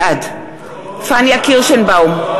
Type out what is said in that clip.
בעד פניה קירשנבאום,